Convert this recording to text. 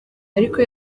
ariko